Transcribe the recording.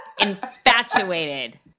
infatuated